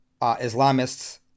Islamists